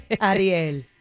Ariel